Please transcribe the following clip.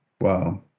Wow